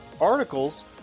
articles